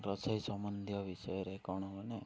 ରୋଷେଇ ସମ୍ବନ୍ଧୀୟ ବିଷୟରେ କ'ଣ ମାନେ